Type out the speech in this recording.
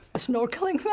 a snorkling